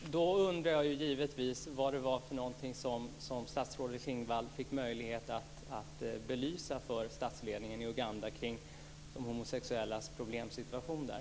Herr talman! Då undrar jag givetvis vad det var som statsrådet Klingvall fick möjlighet att belysa för statsledningen i Uganda kring de homosexuellas problemsituation där.